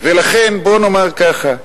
ולכן בוא נאמר כך,